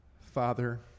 Father